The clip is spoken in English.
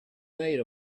made